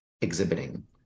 exhibiting